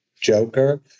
Joker